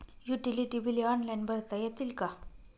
Utility बिले online भरता येतील का?